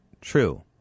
true